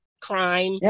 crime